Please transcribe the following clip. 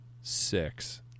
six